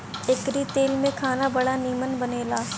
एकरी तेल में खाना बड़ा निमन बनेला